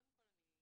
קודם כל,